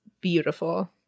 beautiful